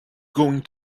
going